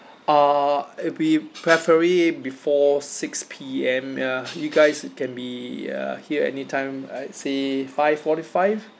uh it'd be preferably before six P_M uh you guys can be uh here any time I'd say five forty five